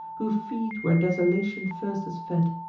who feed where desolation first has fed,